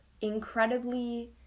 incredibly